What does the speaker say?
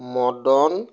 Madan